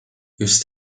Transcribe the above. just